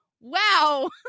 wow